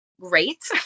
great